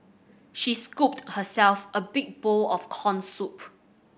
she scooped herself a big bowl of corn soup